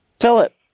Philip